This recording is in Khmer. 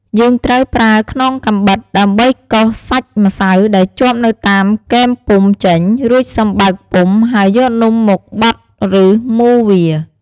យើងត្រូវប្រើខ្នងកាំបិតដើម្បីកោសសាច់ម្សៅដែលជាប់នៅតាមគែមពុម្ពចេញ រួចសឹមបើកពុម្ព ហើយយកនំមកបត់ឬ មូរវា។